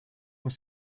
were